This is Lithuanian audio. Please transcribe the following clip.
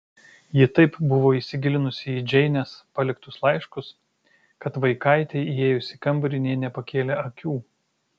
ji taip buvo įsigilinusi į džeinės paliktus laiškus kad vaikaitei įėjus į kambarį nė nepakėlė akių